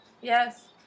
Yes